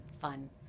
fun